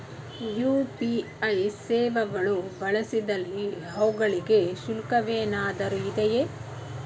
UPI ಸೇವೆಗಳು ಬಳಸಿದಲ್ಲಿ ಅವುಗಳಿಗೆ ಶುಲ್ಕವೇನಾದರೂ ಇದೆಯೇ?